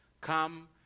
come